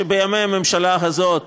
בימי הממשלה הזאת